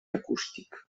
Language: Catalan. acústic